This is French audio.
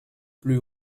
plus